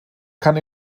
kann